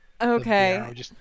Okay